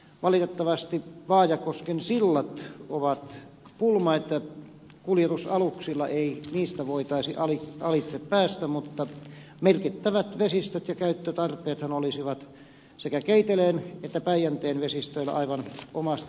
valitettavasti vaajakosken sillat ovat pulma että kuljetusaluksilla ei niistä voitaisi alitse päästä mutta merkittävät vesistöt ja käyttötarpeethan olisivat sekä keiteleen että päijänteen vesistöillä aivan omasta takaakin